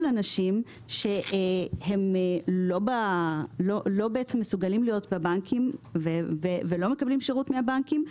אנשים שהם לא מסוגלים להיות בבנקים ולא מקבלים שירות מהבנקים.